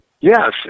Yes